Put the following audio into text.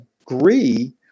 agree